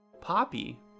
Poppy